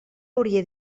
haurien